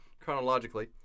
chronologically